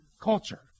culture